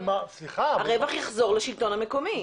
הרווח יחזור לשלטון המקומי.